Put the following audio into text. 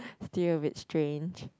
still a bit strange